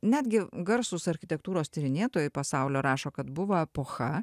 netgi garsūs architektūros tyrinėtojai pasaulio rašo kad buvo epocha